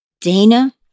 Dana